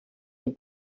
dem